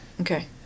Okay